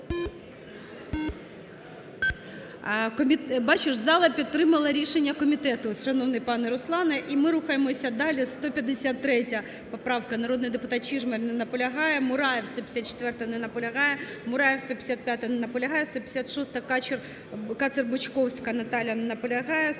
Бачиш, зала підтримала рішення комітету, от шановний пане Руслане. І ми рухаємося далі. 153 поправка, народний депутат Чижмарь. Не наполягає. Мураєв, 154-а. Не наполягає. Мураєв, 155-а. Не наполягає. 156-а, Кацер-Бучковська Наталія. Не наполягає.